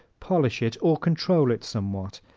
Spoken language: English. polish it or control it somewhat,